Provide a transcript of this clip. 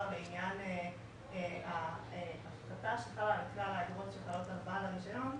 לעניין הפחתה של כלל האגרות החלות על בעל הרישיון.